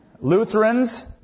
Lutherans